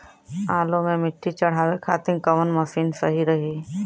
आलू मे मिट्टी चढ़ावे खातिन कवन मशीन सही रही?